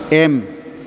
M